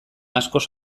askoz